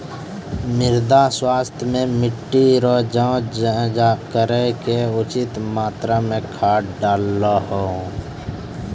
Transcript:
मृदा स्वास्थ्य मे मिट्टी रो जाँच करी के उचित मात्रा मे खाद डालहो